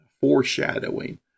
foreshadowing